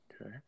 Okay